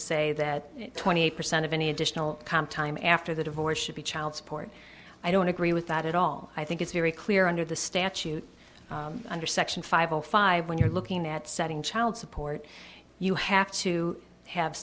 say that twenty percent of any additional comp time after the divorce should be child support i don't agree with that at all i think it's very clear under the statute under section five zero five when you're looking at setting child support you have to have